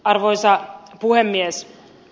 arvoisa puhemies